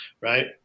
Right